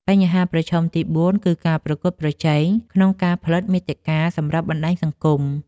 បញ្ហាប្រឈមទី៤ គឺការប្រកួតប្រជែងក្នុងការផលិតមាតិកាសម្រាប់បណ្ដាញសង្គម។